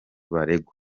baregwa